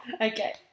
Okay